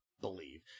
believe